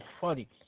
funny